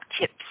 tips